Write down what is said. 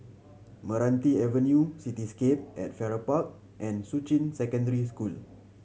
Meranti Avenue Cityscape at Farrer Park and Shuqun Secondary School